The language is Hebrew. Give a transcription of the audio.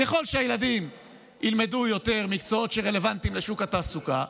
ככל שהילדים ילמדו יותר מקצועות שרלוונטיים לשוק התעסוקה,